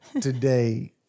today